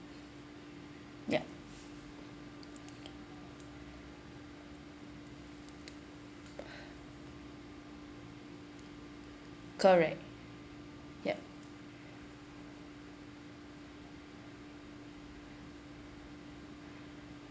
yup correct yup